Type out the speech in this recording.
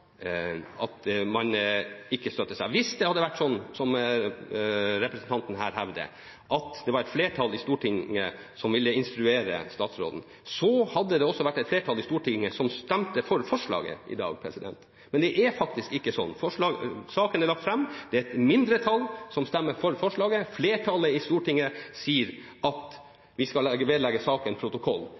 at man ikke støtter forslaget. Hvis det hadde vært sånn som representanten her hevder, at det var et flertall i Stortinget som ville instruere statsråden, hadde det også vært et flertall i Stortinget som stemte for forslaget i dag. Men det er faktisk ikke sånn. Saken er lagt fram, det er et mindretall som stemmer for forslaget, flertallet i Stortinget sier at saken skal vedlegges protokollen. Da er vi, etter min ringe mening, på «track» i denne saken.